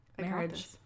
marriage